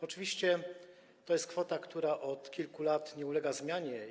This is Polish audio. Oczywiście to jest kwota, która od kilku lat nie ulega zmianie.